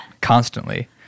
Constantly